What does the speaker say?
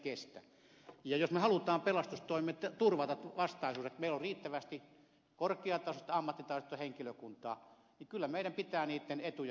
ja jos me haluamme pelastustoimi turvata vastaisuudessa että meillä on riittävästi korkeatasoista ammattitaitoista henkilökuntaa niin kyllä meidän pitää niitten etuja katsoa